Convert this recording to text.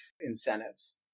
incentives